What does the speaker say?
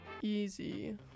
Easy